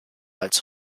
als